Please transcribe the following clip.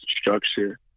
structure